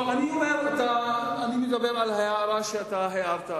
אני מדבר על ההערה שהערת,